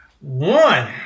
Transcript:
One